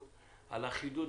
אבל יש חשיבה?